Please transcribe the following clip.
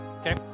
Okay